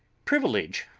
privilege,